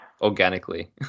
organically